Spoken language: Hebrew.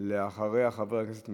תועבר לדיון בוועדת העבודה,